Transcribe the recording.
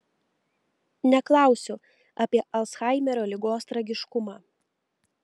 neklausiu apie alzhaimerio ligos tragiškumą